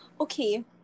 Okay